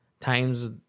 times